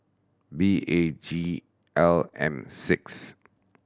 B A G L M six